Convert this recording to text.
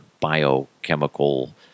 biochemical